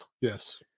Yes